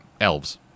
elves